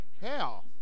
Hell